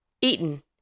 Eaton